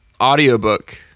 audiobook